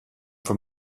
from